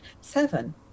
seven